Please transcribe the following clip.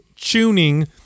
tuning